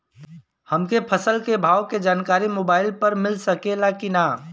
हमके फसल के भाव के जानकारी मोबाइल पर मिल सकेला की ना?